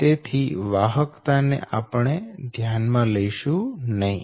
તેથી વાહકતા ને આપણે ધ્યાનમાં લઈશું નહીં